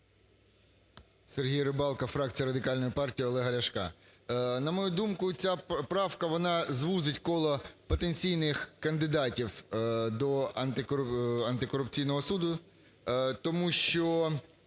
Сергій Рибалка, фракція Радикальної партії Олега Ляшка. На мою думку, ця правка, вона звузить коло потенційних кандидатів до антикорупційного суду. Тому що,